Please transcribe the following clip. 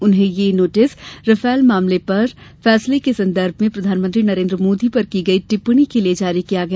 उन्हें यह notice Rafale पर फैसले के सन्दर्भ में प्रधानमंत्री नरेन्द्र मोदी पर की गई टिप्पणी के लिए जारी किया गया